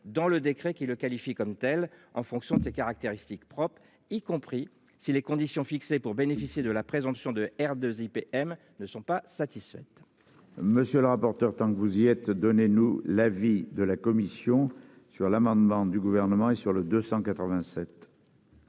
dans le décret qui le qualifie comme telle en fonction des caractéristiques propres y compris, si les conditions fixées pour bénéficier de la présomption d'de R 2 IPM ne sont pas satisfaits. Monsieur le rapporteur. Tant que vous y êtes, donnez-nous l'avis de la commission sur l'amendement du gouvernement et sur le 287.